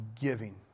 Giving